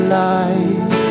light